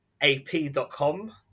ap.com